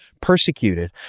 persecuted